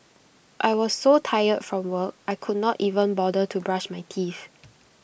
I was so tired from work I could not even bother to brush my teeth